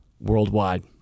worldwide